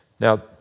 Now